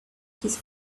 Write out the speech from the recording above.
his